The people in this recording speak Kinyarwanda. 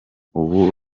ubu